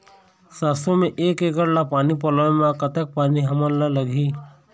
सरसों म एक एकड़ ला पानी पलोए म कतक पानी हमन ला लगही?